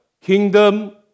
kingdom